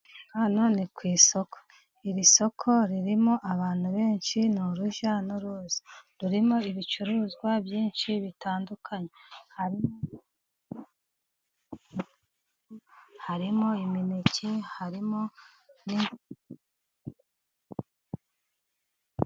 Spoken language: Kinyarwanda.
Hano ni ku isoko iri soko ririmo abantu benshi. Ni urujya n'uruza rurimo ibicuruzwa byinshi bitandukanye harimo...harimo imineke harimo...